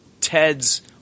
Ted's